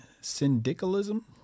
syndicalism